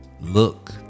Look